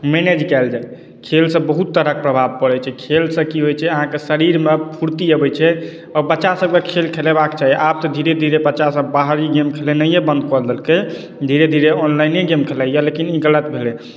manage कयल जाय खेलसँ बहुत तरहक प्रभाव परै छै खेलसँ की होइ छै जे अहाँके शरीर मे फूर्ती अबै छै आओर बच्चा सबके खेल खेलेबा के चाही आब तऽ धीरे धीरे बच्चा सब बाहरी गेम खेलेनाइए बन्द कऽ देलकै धीरे धीरे ऑनलाइने गेम खेलैया लेकिन ई गलत भेल